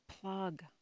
plug